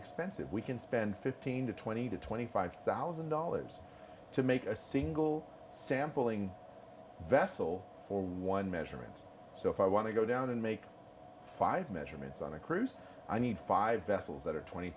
expensive we can spend fifteen to twenty to twenty five thousand dollars to make a single sample vessel for one measurement so if i want to go down and make five measurements on a cruise i need five vessels that are twenty